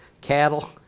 Cattle